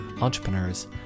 entrepreneurs